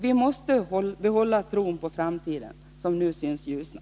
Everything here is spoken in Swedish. Vi måste behålla tron på framtiden, som nu syns ljusna!